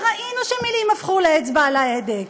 וראינו שמילים הפכו לאצבע על ההדק.